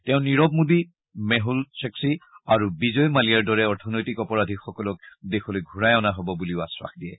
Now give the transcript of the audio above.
তেওঁ নীৰৱ মোদী মেছল ছস্থি আৰু বিজয় মালিয়াৰ দৰে অৰ্থনৈতিক অপৰাধীসকলক দেশলৈ ঘূৰাই অনা হ'ব বুলিও আশ্বাস দিয়ে